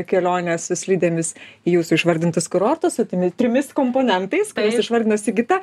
keliones slidėmis į jūsų išvardintus kurortus su timi trimis komponentais kuriuos išvardino sigita